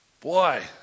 Boy